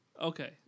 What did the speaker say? Okay